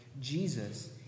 Jesus